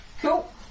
Cool